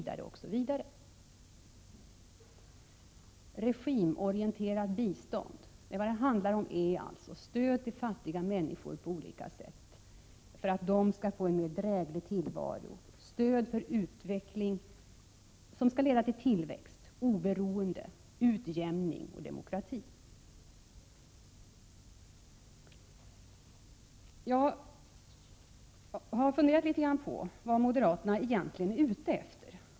Det man kallar ”regimorienterat bistånd” handlar alltså om stöd på olika sätt till fattiga människor för att de skall få en dräglig tillvaro, stöd för en utveckling som skall leda till tillväxt, oberoende, utjämning och demokrati. Jag har funderat litet grand på vad moderaterna egentligen är ute efter.